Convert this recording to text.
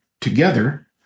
together